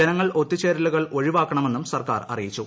ജനങ്ങൾ ഒത്തുചേരലുകൾ ഒഴിവാക്കണമെന്നും സർക്കാർ അറിയിച്ചു